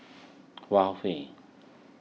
Huawei